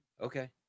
Okay